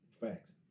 Facts